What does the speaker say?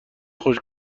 خوش